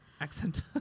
accent